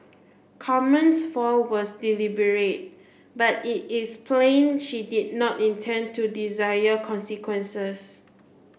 Carmen's fall was deliberate but it is plain she did not intend to dire consequences